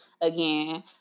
again